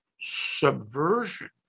subversion